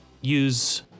use